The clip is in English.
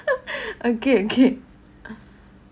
okay okay